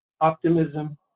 optimism